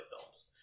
films